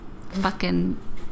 fucking-